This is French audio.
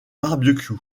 barbecue